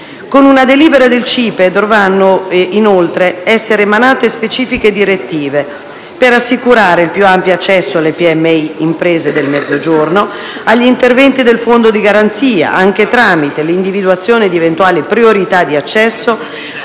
Con una delibera del CIPE, inoltre, dovranno essere emanate specifiche direttive per assicurare il più ampio accesso delle piccole e medie imprese del Mezzogiorno agli interventi del Fondo di garanzia, anche tramite l'individuazione di eventuali priorità di accesso